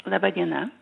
laba diena